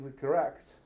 correct